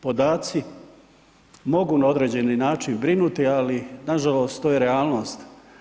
Podaci mogu na određeni način brinuti, ali nažalost to je realnost.